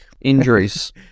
Injuries